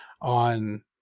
on